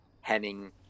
Henning